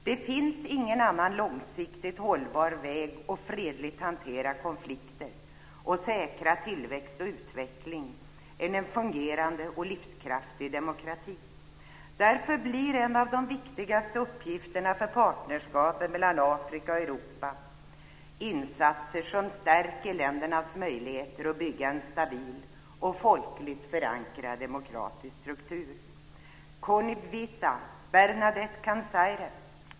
Det finns ingen annan långsiktigt hållbar väg att fredligt hantera konflikter, säkra tillväxt och utveckling än en fungerande och livskraftig demokrati. Därför blir en av de viktigaste uppgifterna för partnerskapet mellan Afrika och Europa insatser som stärker ländernas möjligheter att bygga en stabil och folkligt förankrad demokratisk struktur.